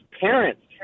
parents